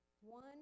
one